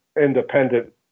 independent